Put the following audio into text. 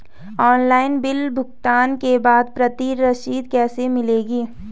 Online bill भुगतान के बाद प्रति रसीद कैसे मिलेगी?